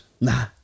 Nah